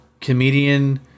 comedian